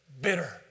bitter